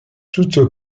toute